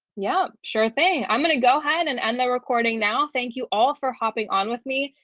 yeah, sure thing. i'm going to go ahead and end the recording now. thank you all for hopping on with me.